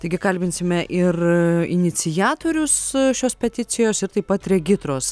taigi kalbinsime ir iniciatorius šios peticijos ir taip pat regitros